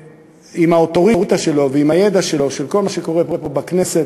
עם האוטוריטה שלו ועם הידע שלו בכל מה שקורה פה בכנסת,